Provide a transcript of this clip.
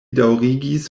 daŭrigis